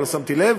לא שמתי לב,